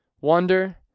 wonder